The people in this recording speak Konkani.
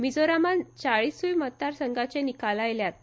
मिझोरामात चाळीसूंय मतदार संघाचे निकाल आयल्यात